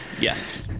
Yes